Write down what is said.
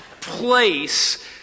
place